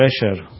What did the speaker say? pressure